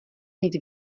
mít